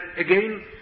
again